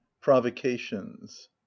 provocations